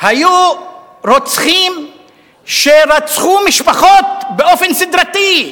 יתירה מזאת, היו רוצחים שרצחו משפחות באופן סדרתי,